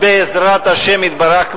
בעזרת השם יתברך,